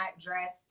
dressed